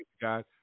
God